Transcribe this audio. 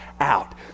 out